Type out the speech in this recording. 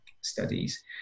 studies